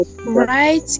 right